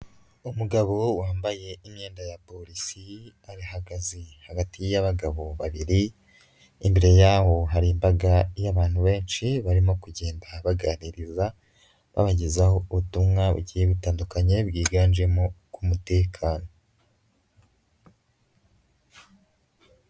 Umugabo wambaye imyenda ya polisi arihagaze hagati y'abagabo babiri, imbere y'aho hari imbaga y'abantu benshi barimo kugenda baganiriza, babagezaho ubutumwa bugiye butandukanye bwiganjemo ku mutekano.